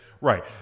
Right